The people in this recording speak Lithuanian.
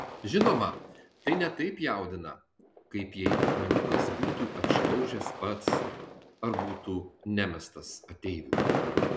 žinoma tai ne taip jaudina kaip jei akmenukas būtų atšliaužęs pats ar būtų nemestas ateivių